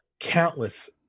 countless